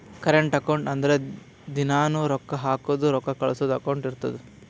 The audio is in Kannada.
ಕರೆಂಟ್ ಅಕೌಂಟ್ ಅಂದುರ್ ದಿನಾನೂ ರೊಕ್ಕಾ ಹಾಕದು ರೊಕ್ಕಾ ಕಳ್ಸದು ಅಕೌಂಟ್ ಇರ್ತುದ್